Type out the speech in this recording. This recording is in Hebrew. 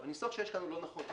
הניסוח שיש כאן הוא לא נכון.